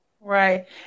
Right